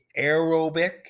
aerobic